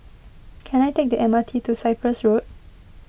can I take the M R T to Cyprus Road